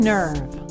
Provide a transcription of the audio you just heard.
Nerve